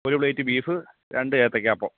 ഒരു plate beef രണ്ട് ഏത്തക്കാപ്പം